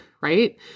right